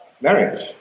marriage